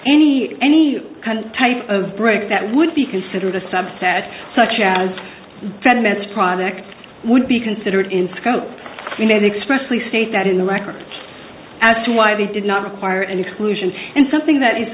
any any type of brick that would be considered a subset such as venomous products would be considered in scope and expressly state that in the records as to why they did not require an exclusion and something that i